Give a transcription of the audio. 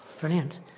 Brilliant